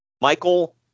Michael